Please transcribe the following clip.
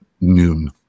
noon